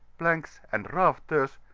planks and rafters,